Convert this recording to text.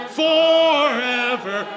Forever